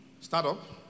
startup